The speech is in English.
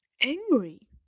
angry